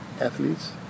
athletes